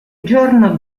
giorno